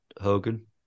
Hogan